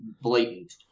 Blatant